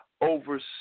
over